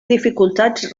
dificultats